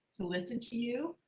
to listen to you, you,